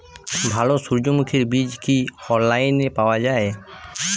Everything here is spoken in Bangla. ভালো সূর্যমুখির বীজ কি অনলাইনে পাওয়া যায়?